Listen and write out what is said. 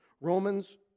Romans